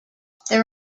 there